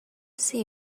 see